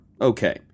okay